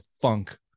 funk